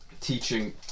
teaching